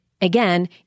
again